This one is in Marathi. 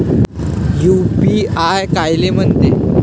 यू.पी.आय कायले म्हनते?